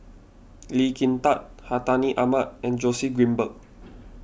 Lee Kin Tat Hartinah Ahmad and Joseph Grimberg